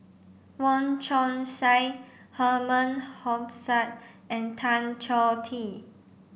Wong Chong Sai Herman Hochstadt and Tan Choh Tee